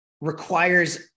requires